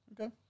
Okay